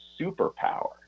superpower